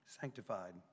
sanctified